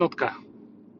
jednotka